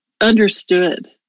understood